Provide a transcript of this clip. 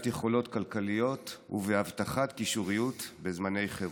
יכולות כלכליות ובהבטחת קישוריות בזמני חירום.